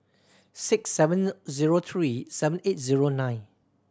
six seven zero three seven eight zero nine